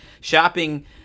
shopping